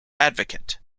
advocate